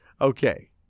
Okay